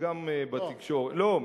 וגם בתקשורת, לא.